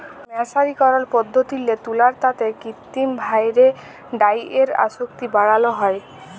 মের্সারিকরল পদ্ধতিল্লে তুলার তাঁতে কিত্তিম ভাঁয়রে ডাইয়ের আসক্তি বাড়ালো হ্যয়